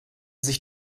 sich